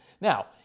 Now